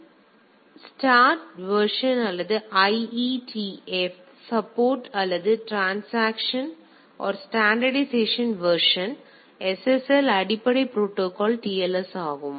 எனவே இது ஸ்டாண்டர்ட் வெர்ஷன்அல்லது IETF சப்போர்ட் வெர்ஷன்Support அல்லது ஸ்டாண்டர்டிசேசன் வெர்ஷன் SSL அடிப்படை ப்ரோடோகால் TLS ஆகும்